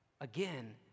Again